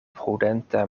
prudenta